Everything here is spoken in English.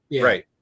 Right